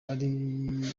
ari